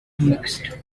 mixed